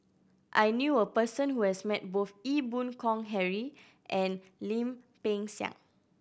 I knew a person who has met both Ee Boon Kong Henry and Lim Peng Siang